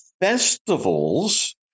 festivals